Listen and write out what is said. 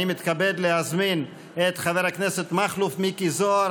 אני מתכבד להזמין את חבר הכנסת מכלוף מיקי זוהר,